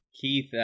Keith